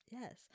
Yes